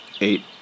Eight